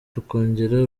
tukongera